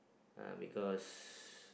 uh because